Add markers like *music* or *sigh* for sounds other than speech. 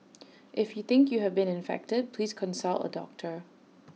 *noise* if you think you have been infected please consult A doctor